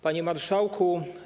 Panie Marszałku!